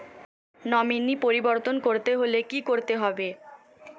Nominee পরিবর্তন করতে হলে কী করতে হবে?